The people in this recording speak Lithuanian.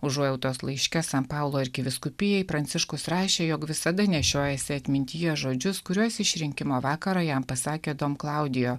užuojautos laiške san paulo arkivyskupijai pranciškus rašė jog visada nešiojasi atmintyje žodžius kuriuos išrinkimo vakarą jam pasakė don klaudijo